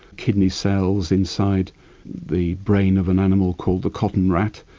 kidney cells, inside the brain of an animal called the cotton rat,